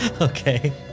Okay